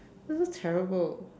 so terrible